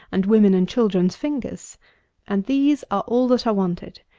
and women and children's fingers and these are all that are wanted.